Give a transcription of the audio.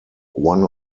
one